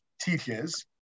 teaches